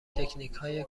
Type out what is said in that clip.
تکنیکهای